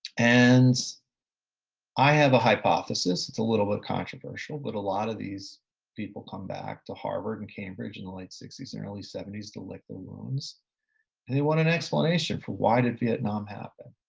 and i have a hypothesis, it's a little bit controversial, but a lot of these people come back to harvard and cambridge in the late sixties and early seventies to lick their wounds, and they want an explanation for why did vietnam happen?